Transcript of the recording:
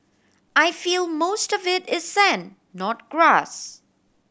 I feel most of it is sand not grass